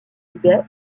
tibet